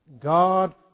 God